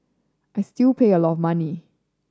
I still pay a lot of money